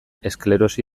esklerosi